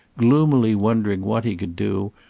gloomily wondering what he could do,